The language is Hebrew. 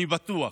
אני בטוח.